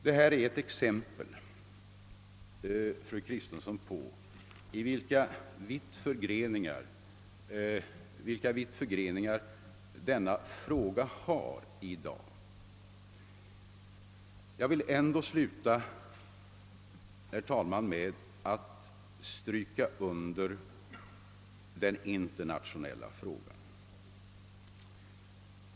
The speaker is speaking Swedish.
Detta är, fru Kristensson, ett exempel på hur vittförgrenad denna fråga är i dag. Jag vill, herr talman, slutå med att understryka de internationella aspekterna.